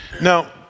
Now